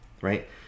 right